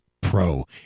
pro